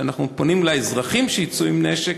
כשאנחנו פונים לאזרחים שיצאו עם נשק.